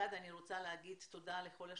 אני רוצה להגיד תודה לכל השותפים.